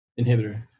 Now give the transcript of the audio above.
inhibitor